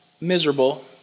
miserable